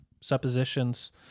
suppositions